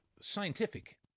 scientific